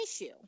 issue